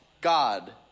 God